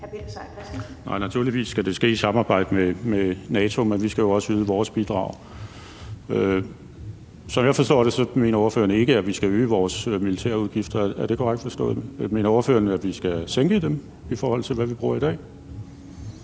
Nej, naturligvis skal det ske i samarbejde med NATO, men vi skal jo også yde vores bidrag. Som jeg forstår det, mener ordføreren ikke, at vi skal øge vores militærudgifter. Er det korrekt forstået? Mener ordføreren, at vi skal sænke dem, i forhold til hvad vi bruger i dag?